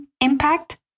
impact